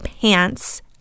pants